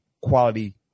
quality